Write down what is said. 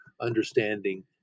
understanding